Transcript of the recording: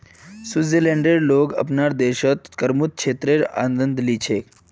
स्विट्जरलैंडेर लोग अपनार देशत करमुक्त क्षेत्रेर आनंद ली छेक